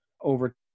over